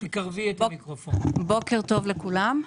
בוקר טוב לכולם.